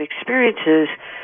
experiences